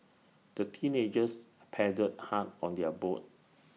the teenagers paddled hard on their boat